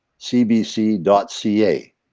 cbc.ca